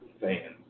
fans